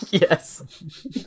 Yes